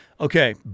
Okay